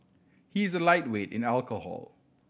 he is a lightweight in alcohol